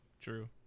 True